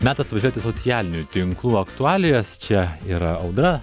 metas važiuoti socialinių tinklų aktualijos čia yra audra